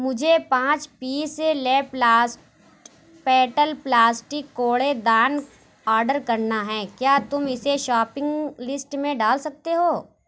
مجھے پانچ پیس لیپلاسٹ پیڈل پلاسٹک کوڑے دان آرڈر کرنا ہے کیا تم اسے شاپنگ لسٹ میں ڈال سکتے ہو